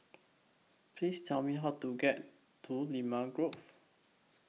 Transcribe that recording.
Please Tell Me How to get to Limau Grove